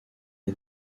est